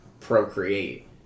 procreate